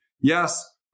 Yes